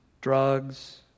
Drugs